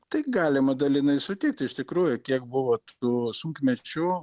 tai galima dalinai sutikt iš tikrųjų kiek buvo tų sunkmečių